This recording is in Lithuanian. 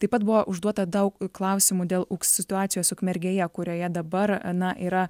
taip pat buvo užduota daug klausimų dėl situacijos ukmergėje kurioje dabar na yra